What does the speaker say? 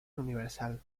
universal